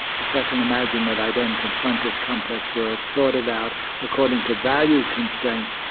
second, imagine that i then confront this complex world, sort it out according to value constraints,